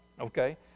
Okay